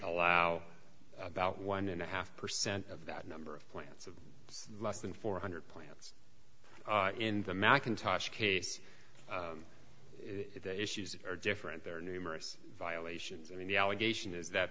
allow about one and a half percent of that number of plants of less than four hundred plants in the mackintosh case the issues that are different there are numerous violations i mean the allegation is that